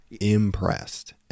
impressed